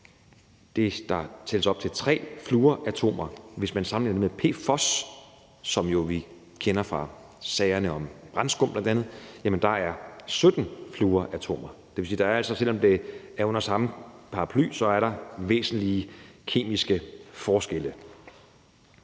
det, der tælles op til tre fluoratomer; det kan sammenlignes med PFOS, som vi jo bl.a. kender fra sagerne om brandskum, hvor der er 17 fluoratomer. Det vil sige, at der altså, selv om det er under samme paraply, er væsentlige kemiske forskelle.